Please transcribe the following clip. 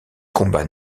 combat